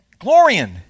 Glorian